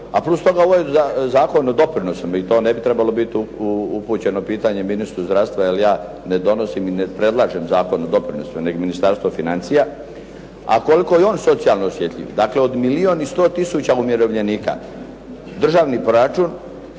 a plus toga ovo je Zakon o doprinosima i to ne bi trebalo biti upućeno pitanje ministru zdravstva, jer ja ne donosim i ne predlažem Zakon o doprinosu, nego Ministarstvo financija. A koliko je on socijalno osjetljiv. Dakle, od milijun i sto tisuća umirovljenika državni proračun